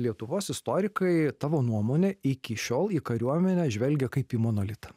lietuvos istorikai tavo nuomone iki šiol į kariuomenę žvelgia kaip į monolitą